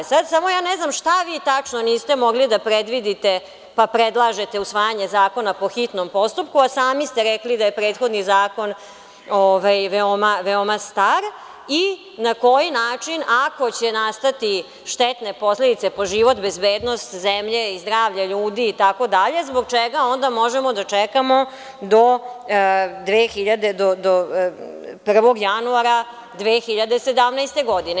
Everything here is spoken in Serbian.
Ja sad ne znam šta vi tačno niste mogli da predvidite, pa predlažete usvajanje zakona po hitnom postupku, a sami ste rekli da je prethodni zakon veoma star i na koji način, ako će nastati štetne posledice po život, bezbednost zemlje i zdravlja ljudi itd, zbog čega onda možemo da čekamo do 1. januara 2017. godine?